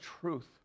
truth